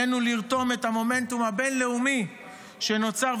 עלינו לרתום את המומנטום הבין-לאומי שנוצר,